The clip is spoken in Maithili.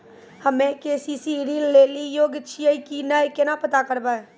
हम्मे के.सी.सी ऋण लेली योग्य छियै की नैय केना पता करबै?